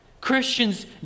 Christians